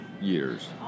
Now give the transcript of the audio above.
years